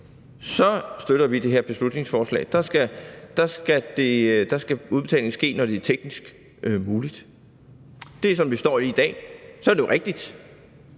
støtter vi det her beslutningsforslag. Udbetalingen skal ske, når det er teknisk muligt. Det er således, som vi står i dag. Så er det rigtigt,